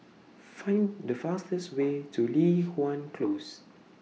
Find The fastest Way to Li Hwan Close